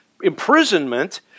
imprisonment